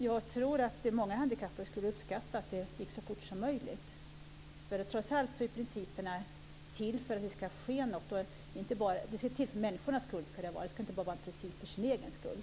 Jag tror att många handikappade skulle uppskatta att det gick så fort som möjligt. Principerna är trots allt till för människornas skull, inte för sin egen skull.